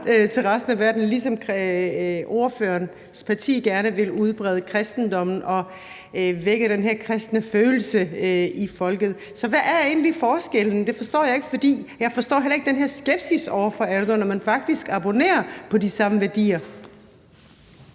der er en del ligheder – gerne vil udbrede kristendommen og vække den her kristne følelse i folket. Så hvad er egentlig forskellen? Det forstår jeg ikke. For jeg forstår heller ikke den her skepsis over for Erdogan, når man faktisk abonnerer på de samme værdier.